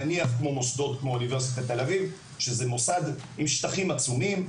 נניח מוסדות כמו אוניברסיטת תל אביב שזה מוסד עם שטחים עצומים,